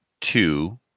two